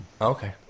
Okay